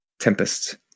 Tempest